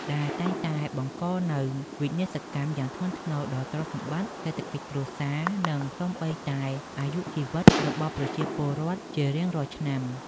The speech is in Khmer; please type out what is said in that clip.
ដែលតែងតែបង្កនូវវិនាសកម្មយ៉ាងធ្ងន់ធ្ងរដល់ទ្រព្យសម្បត្តិ សេដ្ឋកិច្ចគ្រួសារ និងសូម្បីតែអាយុជីវិតរបស់ប្រជាពលរដ្ឋជារៀងរាល់ឆ្នាំ។